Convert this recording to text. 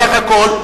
בסך הכול,